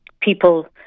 people